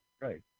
right